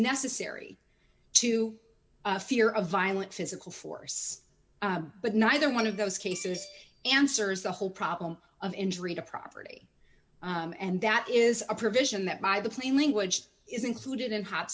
necessary to fear of violent physical force but neither one of those cases answers the whole problem of injury to property and that is a provision that by the plain language is included in hot